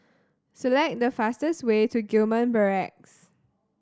select the fastest way to Gillman Barracks